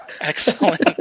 Excellent